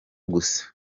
gusa